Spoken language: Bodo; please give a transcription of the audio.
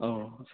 अह